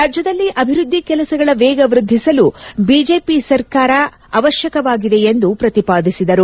ರಾಜ್ಯದಲ್ಲಿ ಅಭಿವೃದ್ದಿ ಕೆಲಸಗಳ ವೇಗ ವೃದ್ಧಿಸಲು ಬಿಜೆಪಿ ಸರ್ಕಾರ ಅವಶ್ಯಕವಾಗಿದೆ ಎಂದು ಪ್ರತಿಪಾದಿಸಿದರು